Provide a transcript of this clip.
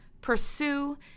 Pursue